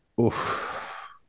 Oof